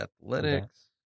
Athletics